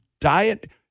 diet